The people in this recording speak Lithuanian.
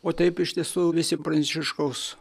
o taip iš tiesų visi pranciškaus